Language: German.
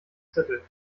zettel